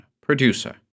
producer